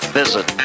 visit